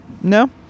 No